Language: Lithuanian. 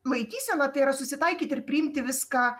laikysena tai yra susitaikyti ir priimti viską